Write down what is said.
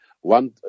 One